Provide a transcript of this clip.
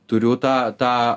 turiu tą tą